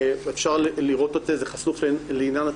אפשר לראות את זה, זה חשוף לציבור.